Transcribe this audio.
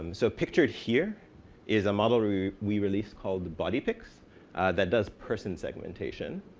so pictured here is a model we we released called body pix that does person segmentation,